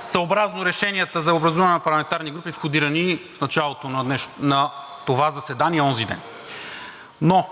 съобразно решенията за образуване на парламентарни групи, входирани в началото на това заседание онзиден. Вие